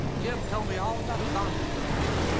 jep told me all about zombies the other day.